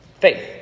faith